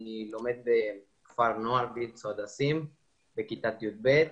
אני לומד בכפר הנוער ויצ"ו הדסים בכיתה י"ב.